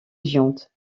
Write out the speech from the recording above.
viande